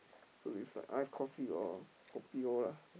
so is like iced coffee or kopi-O lah